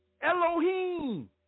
Elohim